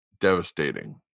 devastating